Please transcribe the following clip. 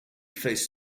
faced